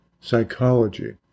psychology